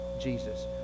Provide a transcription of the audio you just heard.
Jesus